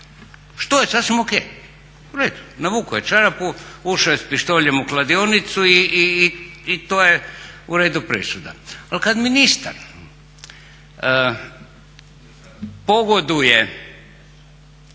što je sasvim ok, u redu. Navukao je čarapu, ušao je s pištoljem u kladionicu i to je u redu presuda. Ali kad ministar pogoduje